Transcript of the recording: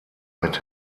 mit